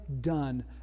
done